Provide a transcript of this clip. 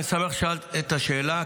אני שמח ששאלת את השאלה,